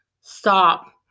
stop